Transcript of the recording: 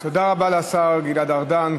תודה רבה לשר גלעד ארדן.